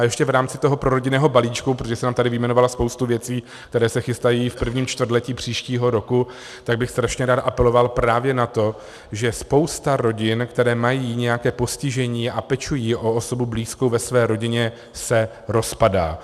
A ještě v rámci toho prorodinného balíčku, protože jste nám tady vyjmenovala spoustu věcí, které se chystají v prvním čtvrtletí příštího roku, tak bych strašně rád apeloval právě na to, že spousta rodin, které mají nějaké postižení a pečují o osobu blízkou ve své rodině, se rozpadá.